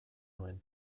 nuen